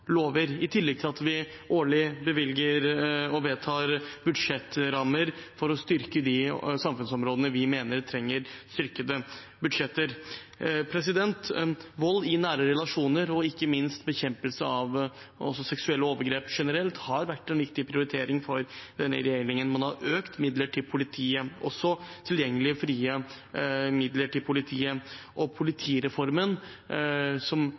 lover – i tillegg til at vi årlig bevilger og vedtar budsjettrammer for å styrke de samfunnsområdene vi mener trenger styrkede budsjetter. Vold i nære relasjoner, og ikke minst også bekjempelse av seksuelle overgrep generelt, har vært en viktig prioritering for denne regjeringen. Man har økt midlene, også tilgjengelige frie midler, til politiet. Og politireformen, som